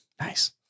Nice